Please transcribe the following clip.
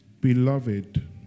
Beloved